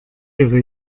ihre